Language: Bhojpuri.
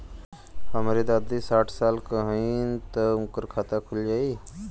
हमरे दादी साढ़ साल क हइ त उनकर खाता खुल जाई?